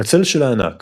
הצל של הענק